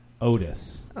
Otis